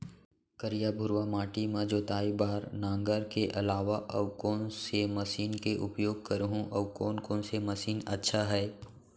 करिया, भुरवा माटी म जोताई बार नांगर के अलावा अऊ कोन से मशीन के उपयोग करहुं अऊ कोन कोन से मशीन अच्छा है?